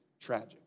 tragic